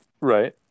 right